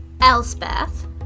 Elspeth